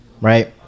right